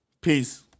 Peace